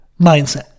mindset